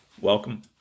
Welcome